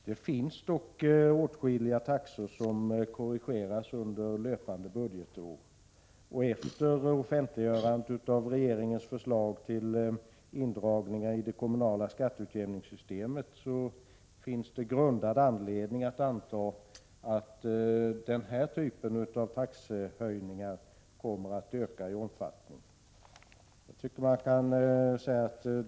Det finns dock åtskilliga taxor som korrigeras under löpande budgetår, och efter offentliggörandet av regeringens förslag till indragningar i det kommunala skatteutjämningssystemet finns det grundad anledning att anta att den här typen av taxehöjningar kommer att öka i omfattning.